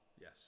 yes